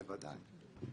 בוודאי.